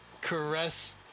caress